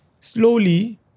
slowly